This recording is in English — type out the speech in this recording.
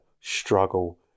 struggle